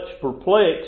perplexed